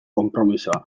konpromisoa